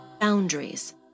boundaries